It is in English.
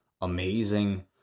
amazing